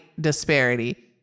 disparity